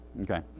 Okay